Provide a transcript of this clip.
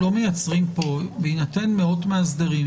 בהינתן מאות מאסדרים,